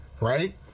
right